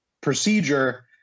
procedure